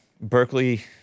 Berkeley